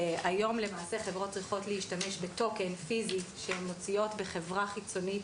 היום למעשה חברות צריכות להשתמש בטוקן פיזי שהן מוציאות בחברה חיצונית